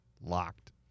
locked